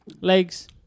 Legs